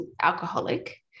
alcoholic